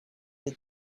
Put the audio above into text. that